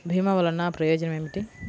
భీమ వల్లన ప్రయోజనం ఏమిటి?